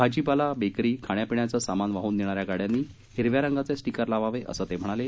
भाजीपाला बेकरी खाण्यापिण्याचे सामान वाहून नेणाऱ्या गाड्यांनी हिख्या रंगाचे स्टिकर लावावे असे ते म्हणाले